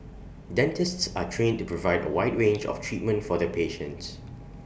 dentists are trained to provide A wide range of treatment for their patients